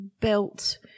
built